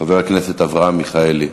חבר הכנסת אברהם מיכאלי,